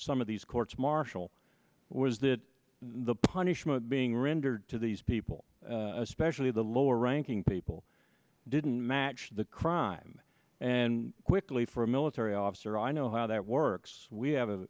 some of these courts martial was that the punishment being rendered to these people especially the lower ranking people didn't match the crime and quickly for a military officer i know how that works we have an